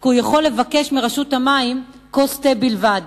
שהוא יכול לבקש מרשות המים כוס תה בלבד.